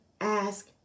ask